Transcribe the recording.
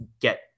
get